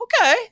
okay